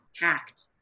packed